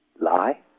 lie